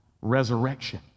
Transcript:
resurrection